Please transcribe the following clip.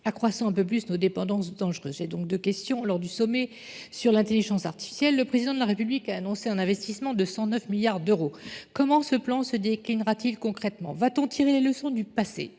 accroissant un peu plus nos dépendances dangereuses. J'ai donc deux questions lors du sommet sur l'intelligence artificielle. Le Président de la République a annoncé un investissement de 109 milliards d'euros. Comment ce plan se déclinera-t-il concrètement ? Va-t-on tirer les leçons du passé